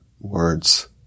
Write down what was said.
words